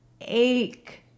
ache